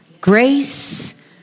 Grace